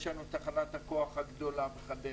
יש לנו את תחנת הכוח הגדולה בחדרה,